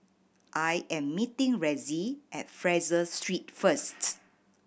I am meeting Ressie at Fraser Street first